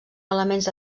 elements